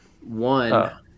One